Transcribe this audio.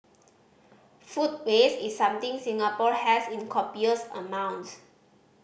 food waste is something Singapore has in copious amounts